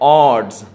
odds